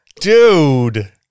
Dude